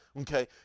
okay